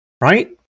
Right